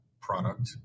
product